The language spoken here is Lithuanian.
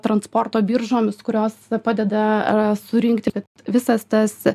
transporto biržomis kurios padeda aa surinkti visas tas